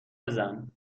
بزن